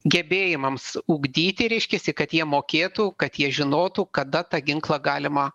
gebėjimams ugdyti reiškiasi kad jie mokėtų kad jie žinotų kada tą ginklą galima